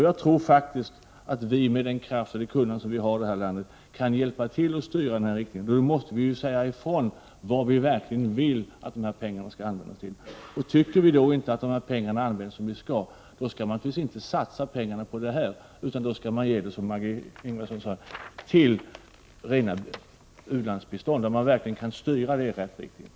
Jag tror faktiskt att vi med den kraft och det kunnande som vi har i det här landet kan hjälpa till att styra, men då måste vi säga ifrån vad vi egentligen vill att pengarna skall användas till. Tycker vi inte att pengarna används så som vi vill, skall vi naturligtvis inte satsa på Världsbanken utan ge pengarna, som Maggi Mikaelsson sade, till rena utvecklingsbiståndsprojekt, där man verkligen kan styra användningen av pengarna i rätt riktning.